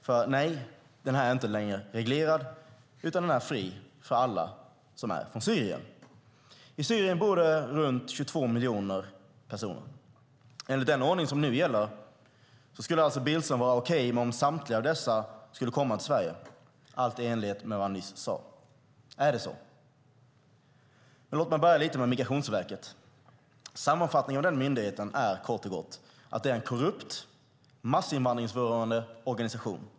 För nej, den är inte längre reglerad utan fri för alla som kommer från Syrien. I Syrien bor ca 22 miljoner personer. Enligt den ordning som nu gäller skulle det alltså vara okej för Billström om samtliga dessa skulle komma till Sverige, i enlighet med vad han nyss sade. Är det så? Låt mig börja med Migrationsverket. Sammanfattningsvis är den myndigheten kort och gott en korrupt, massinvandringsvurmande organisation.